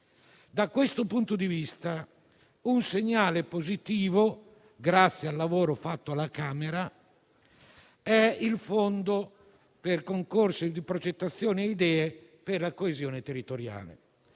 Da questo punto di vista un segnale positivo, grazie al lavoro svolto alla Camera, arriva dal Fondo concorsi progettazione e idee per la coesione territoriale,